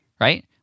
right